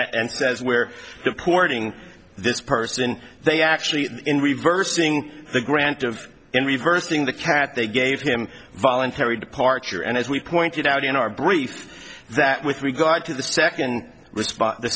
and says where the porting this person they actually in reversing the grant of in reversing the cat they gave him voluntary departure and as we pointed out in our brief that with regard to the the second the